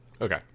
Okay